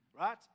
Right